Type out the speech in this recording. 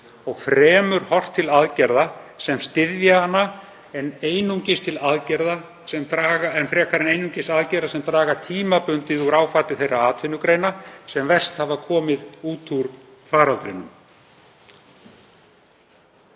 og fremur horft til aðgerða sem styðja hana heldur en einungis aðgerða sem draga tímabundið úr áfalli þeirra atvinnugreina sem verst hafa komið út úr faraldrinum.